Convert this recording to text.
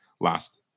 last